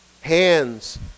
Hands